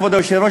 כבוד היושב-ראש,